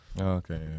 Okay